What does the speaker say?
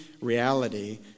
reality